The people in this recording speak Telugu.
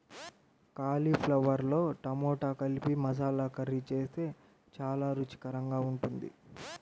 కాలీఫ్లవర్తో టమాటా కలిపి మసాలా కర్రీ చేస్తే చాలా రుచికరంగా ఉంటుంది